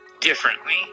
differently